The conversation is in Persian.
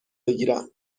بگیرم